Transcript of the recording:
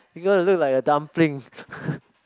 you gonna look like a dumpling